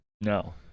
No